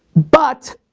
but